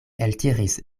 eltiris